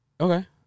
Okay